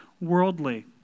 worldly